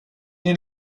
den